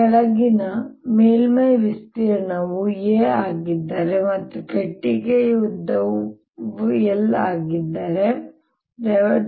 ಕೆಳಗಿನ ಮೇಲ್ಮೈ ವಿಸ್ತೀರ್ಣವು a ಆಗಿದ್ದರೆ ಮತ್ತು ಪೆಟ್ಟಿಗೆಯ ಉದ್ದವು l ಆಗಿದ್ದರೆ ಇದು